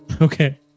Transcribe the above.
Okay